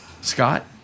Scott